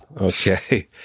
Okay